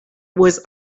was